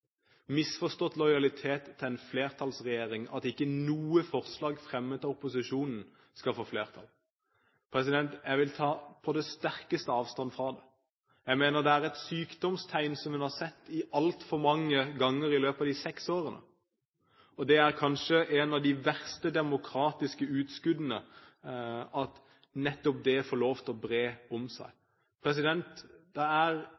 misforstått lojalitet til en flertallsregjering – at ikke noe forslag fremmet av opposisjonen skal få flertall. Jeg vil på det sterkeste ta avstand fra det. Jeg mener det er et sykdomstegn som en har sett altfor mange ganger i løpet av de seks årene, og det er kanskje et av de verste demokratiske utskuddene at nettopp det får lov til å bre om seg. Det er